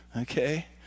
okay